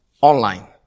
online